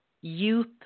youth